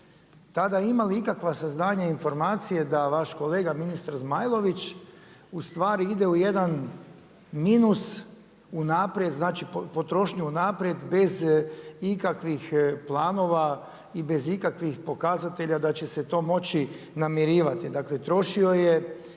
tada imali ikakvih saznanja i informacije da vaš kolega ministar Zmajlović, ustvari ide u jedan minus unaprijed, znači potrošnju unaprijed bez ikakvih planova i bez ikakvih pokazatelja da će se to moći namirivati? Dakle, trošio je